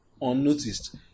unnoticed